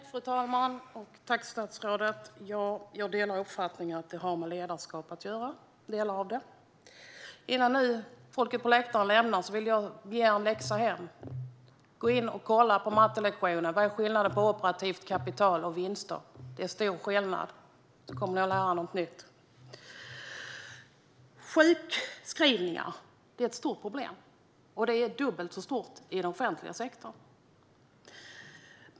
Fru talman! Tack, statsrådet! Jag delar uppfattningen att det har med ledarskap att göra, i varje fall delar av det. Innan folk lämnar läktaren vill jag ge dem en hemläxa: Kolla på mattelektionen vad skillnaden är mellan operativt kapital och vinster! Det är stor skillnad. Ni kommer att lära er något nytt. Sjukskrivningar är ett stort problem, och det är dubbelt så stort inom den offentliga sektorn.